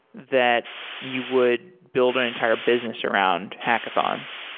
that you would build an entire business around hackathons?